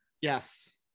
Yes